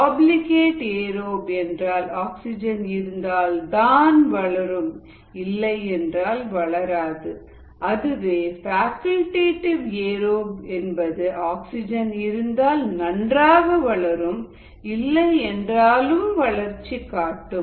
obligate aerobe என்றால் oxygen இருந்தால் தான் வளரும் இல்லை என்றால் வளராது அதுவே ஃபேக்கல்டேடிவு ஏரோப் என்பது ஆக்சிஜன் இருந்தால் நன்றாக வளரும் இல்லை என்றாலும் வளர்ச்சி காட்டும்